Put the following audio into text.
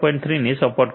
3 ને સપોર્ટ કરતું નથી